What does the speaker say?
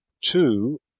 two